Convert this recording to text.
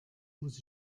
muss